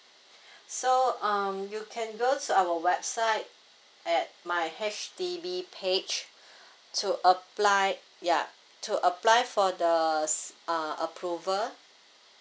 so um you can go to our website at my H_D_B page to apply yeah to apply for the uh approval